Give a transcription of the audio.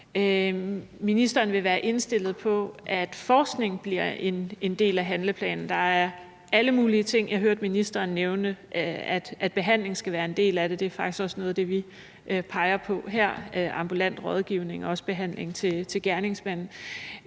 ministeren vil være indstillet på, at forskning bliver en del af handleplanen. Der er alle mulige ting. Jeg hørte ministeren nævne, at behandling skal være en del af det. Det er faktisk også noget af det, vi peger på her, nemlig ambulant rådgivning og også behandling til gerningsmanden.